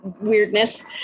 weirdness